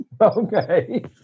Okay